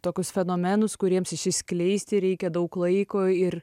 tokius fenomenus kuriems išsiskleisti reikia daug laiko ir